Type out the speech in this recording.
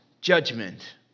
judgment